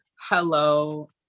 Hello